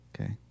Okay